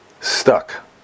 stuck